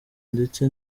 ndetse